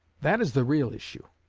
that is the real issue.